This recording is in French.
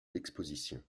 l’exposition